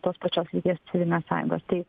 tos pačios lyties civilines sąjungas tai